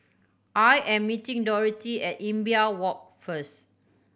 I am meeting Dorothy at Imbiah Walk first